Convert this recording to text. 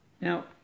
Now